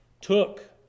took